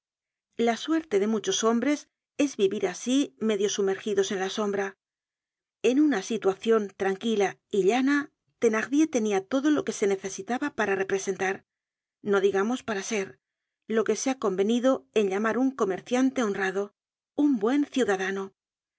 la suerte de muchos hombres es vivir asi medio sumergidos en la sombra en una situacion tranquila y llana thenardier tenia todo lo que se necesitaba para representar no digamos para ser lo que se ha convenido en llamar un comerciante honrado un buen ciudadano